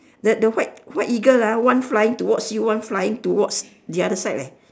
the the white white eagle ah one flying towards you one flying towards the other side eh